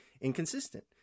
inconsistent